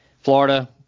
Florida